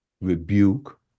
rebuke